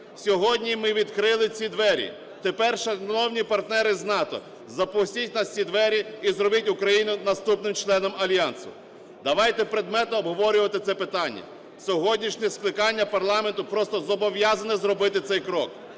Сьогодні ми відкрили ці двері. Тепер, шановні партнери з НАТО, запустіть нас у ці двері і зробіть Україну наступним членом Альянсу. Давайте предметно обговорювати це питання. Сьогоднішнє скликання парламенту просто зобов'язане зробити цей крок.